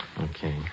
Okay